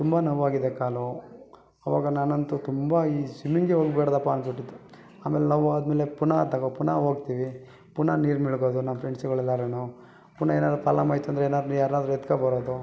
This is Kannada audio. ತುಂಬ ನೋವಾಗಿದೆ ಕಾಲು ಆವಾಗ ನಾನಂತೂ ತುಂಬ ಈ ಸಿಮ್ಮಿಂಗ್ಗೇ ಹೋಗಬೇಡ್ದಪ್ಪ ಅನಿಸಿಬಿಟ್ಟಿತ್ತು ಆಮೇಲೆ ನೋವು ಆದ ಮೇಲೆ ಪುನಃ ತಗೋ ಪುನಃ ಹೋಗ್ತೀವಿ ಪುನಃ ನೀರು ಮುಳುಗೋದು ನಮ್ಮ ಫ್ರೆಂಡ್ಸ್ಗಳು ಎಲ್ಲಾರು ಪುನಃ ಏನಾದ್ರೂ ಪ್ರಾಬ್ಲಮ್ ಆಯಿತು ಅಂದರೆ ಏನಾರು ಯಾರ್ನಾದ್ರೂ ಎತ್ಕೊ ಬರೋದು